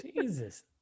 Jesus